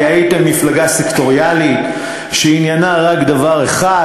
כי הייתם מפלגה סקטוריאלית שעניינה רק דבר אחד,